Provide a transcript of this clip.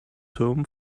term